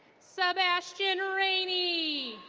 sebastian rainy.